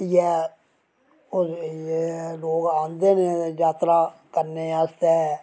इयै लोग आंदे न जात्तरा करने आस्तै